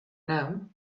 now